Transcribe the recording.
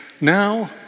now